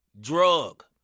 drug